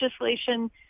legislation